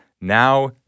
Now